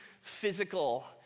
physical